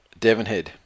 Devonhead